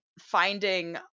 finding